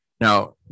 now